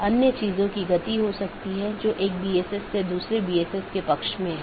इसलिए पड़ोसियों की एक जोड़ी अलग अलग दिनों में आम तौर पर सीधे साझा किए गए नेटवर्क को सूचना सीधे साझा करती है